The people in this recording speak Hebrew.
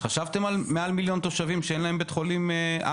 חשבתם על מעל מיליון תושבים שאין להם בית חולים על?